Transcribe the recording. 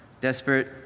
desperate